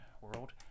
world